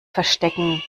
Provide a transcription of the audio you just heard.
verstecken